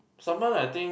salmon I think